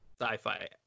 sci-fi